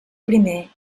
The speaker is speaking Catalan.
primer